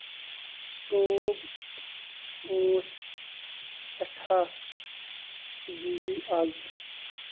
tube اوس سٮ۪ٹھاہ busy آز